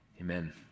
Amen